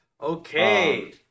Okay